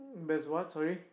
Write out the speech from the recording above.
there's what sorry